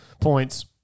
points